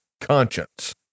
conscience